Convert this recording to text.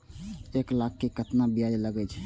एक लाख के केतना ब्याज लगे छै?